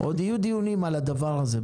עוד יהיו דיונים על הדבר הזה.